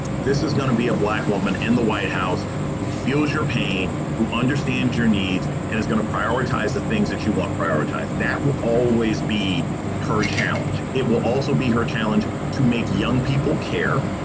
this is going to be a black woman in the white house who feels your pain, who understands your needs and is going to prioritize the things that you want prioritized. that will always be her challenge. it will also be her challenge to make young people care,